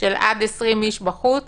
של עד 20 איש בחוץ